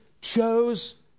chose